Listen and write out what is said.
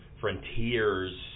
frontiers